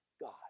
God